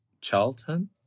Charlton